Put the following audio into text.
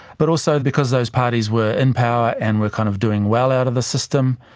but also because those parties were in power and were kind of doing well out of the system,